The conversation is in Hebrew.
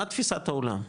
מה תפיסת העולם?